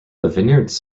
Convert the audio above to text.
vineyards